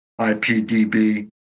IPDB